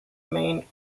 main